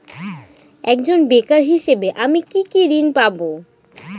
একজন বেকার হিসেবে আমি কি কি ঋণ পাব?